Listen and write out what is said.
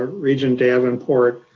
ah regent davenport,